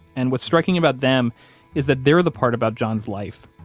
and what's striking about them is that they're the part about john's life,